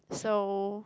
so